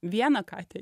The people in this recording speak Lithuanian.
vieną katę